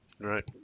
right